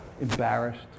Embarrassed